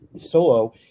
Solo